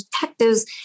detectives